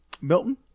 Milton